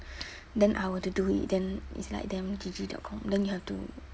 then I were to do it then it's like damn G_G dot com then you have to